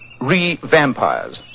Re-vampires